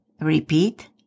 Repeat